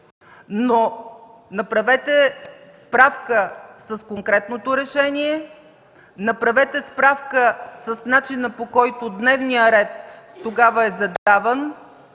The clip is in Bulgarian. но направете справка с конкретното решение, направете справка с начина, по който тогава е задаван